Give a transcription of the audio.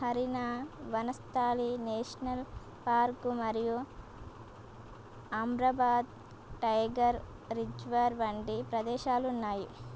హరినా Vanasthali national park మరియు Amrabad tiger reserve వంటి ప్రదేశాలు ఉన్నాయి